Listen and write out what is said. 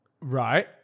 Right